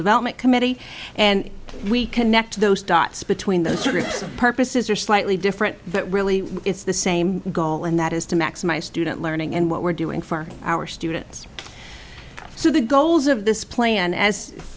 development committee and we connect those dots between those two groups purposes are slightly different but really it's the same goal and that is to maximize student learning and what we're doing for our students so the goals of this plan as